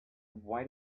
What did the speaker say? why